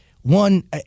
One